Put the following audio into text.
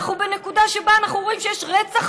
אנחנו בנקודה שבה אנחנו אומרים שיש רצח